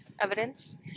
evidence